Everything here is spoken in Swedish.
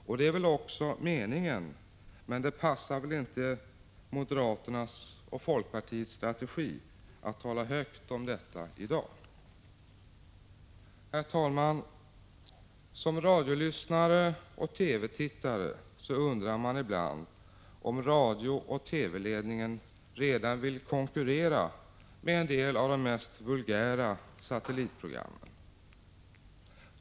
Och det är väl också meningen, men det passar inte moderaternas och folkpartiets strategi att tala högt om detta i dag. Herr talman! Som radiolyssnare och TV-tittare undrar man ibland om radiooch TV-ledningen redan vill konkurrera med en del av de mest vulgära satellitprogrammen.